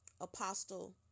Apostle